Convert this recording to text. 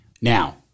Now